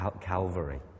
Calvary